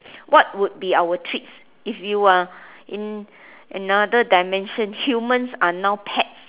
what would be our treats if you are in another dimension humans are now pets